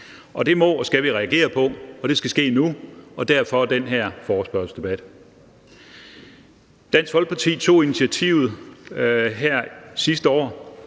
Det må og skal vi reagere på, og det skal ske nu – derfor den her forespørgselsdebat. Dansk Folkeparti tog initiativet her sidste år,